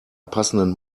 passenden